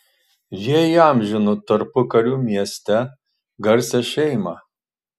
jie įamžino tarpukariu mieste garsią šeimą